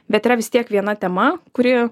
bet yra vis tiek viena tema kurie